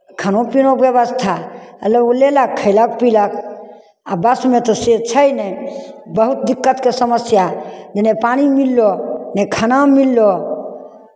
खानो पीनोके व्यवस्था आ लोग लयलक खयलक पीलक आ बसमे तऽ से छै नहि बहुत दिक्कतके समस्या जे नहि पानि मिललो नहि खाना मिललो